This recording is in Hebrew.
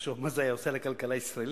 תחשוב מה זה היה עושה לכלכלה הישראלית.